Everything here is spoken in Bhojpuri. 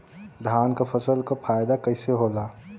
धान क फसल क फायदा कईसे होला?